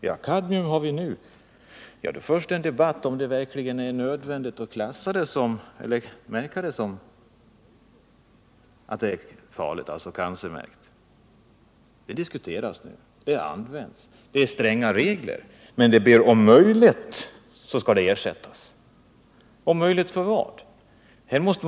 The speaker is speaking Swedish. Nu diskuteras kadmium, men debatten gäller om det verkligen är nödvändigt att klassa kadmium som farligt och cancerframkallande. Visserligen är reglerna stränga men ämnet används. Om möjligt skall man ersätta detta ämne, men vad menas med ”om möjligt”?